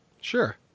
Sure